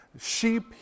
sheep